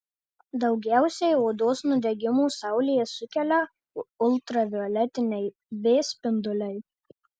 daugiausiai odos nudegimų saulėje sukelia ultravioletiniai b spinduliai